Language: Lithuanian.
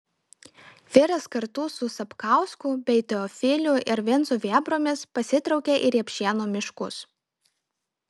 vyras kartu su sapkausku bei teofiliu ir vincu vėbromis pasitraukė į repšėnų miškus